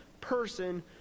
person